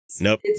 Nope